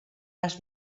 las